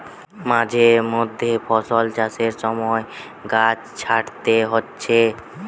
মাঝে মধ্যে ফল চাষের সময় গাছ ছাঁটতে হচ্ছে